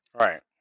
Right